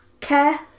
care